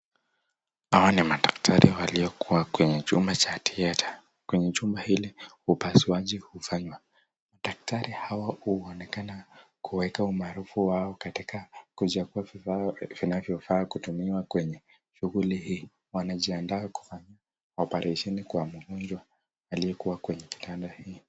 Hawa ni madaktari waliokuwa katikq chumba cha theater. Kwenye chumba hili upasuaji hufanywa dqktari hawa huonekana kuweka umaarufu wao katika kuchagua vifaa vinavyotumiwa kwenye shughuli hii. Wanajiandaa kifanya operesheni kwa mgonjwa aliyekuwa kwenye kitanda hii.